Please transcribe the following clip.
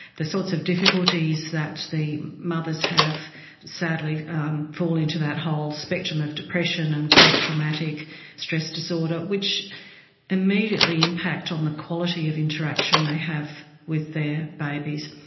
the sorts of difficulties that the mothers have sadly um fall into that whole spectrum of depression and post-traumatic stress disorder, which immediately impact on the quality of interaction they have with their babies.